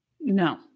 No